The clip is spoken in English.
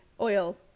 oil